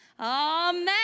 amen